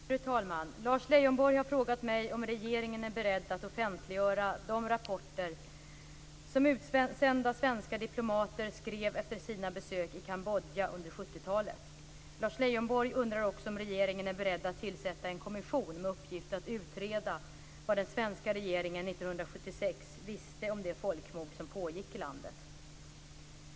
Fru talman! Lars Leijonborg har frågat mig om regeringen är beredd att offentliggöra de rapporter som utsända svenska diplomater skrev efter sina besök i Kambodja under 1970-talet. Lars Leijonborg undrar också om regeringen är beredd att tillsätta en kommission med uppgift att utreda vad den svenska regeringen 1976 visste om det folkmord som pågick i landet.